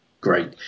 Great